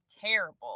terrible